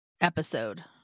episode